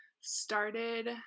started